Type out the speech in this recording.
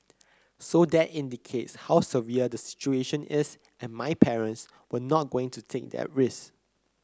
so that indicates how severe the situation is and my parents were not going to take that risk